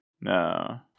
No